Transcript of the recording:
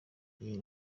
iyi